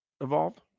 evolved